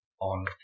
on